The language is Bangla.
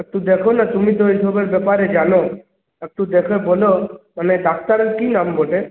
একটু দেখো না তুমি তো ওই সবের ব্যাপারে জানো একটু দেখে বলো মানে ডাক্তারের কী নাম বটে